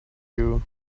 you